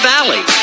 Valley